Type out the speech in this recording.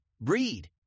breed